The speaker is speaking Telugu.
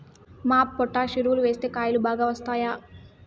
మాప్ పొటాష్ ఎరువులు వేస్తే కాయలు బాగా వస్తాయా?